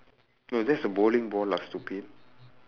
no that is the bowling ball lah stupid